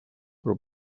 però